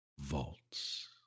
Vaults